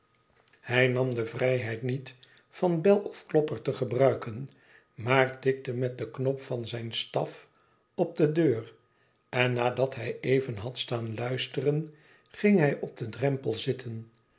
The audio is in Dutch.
hij nam de vrijheid niet van bel of klopper te gebruiken maar tikte met den knop van zijn staf op de deur en nadat hij even had staan luisteren ging hij op den drempelzitten